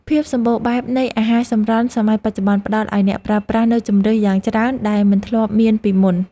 ភាពសម្បូរបែបនៃអាហារសម្រន់សម័យបច្ចុប្បន្នផ្តល់ឱ្យអ្នកប្រើប្រាស់នូវជម្រើសយ៉ាងច្រើនដែលមិនធ្លាប់មានពីមុន។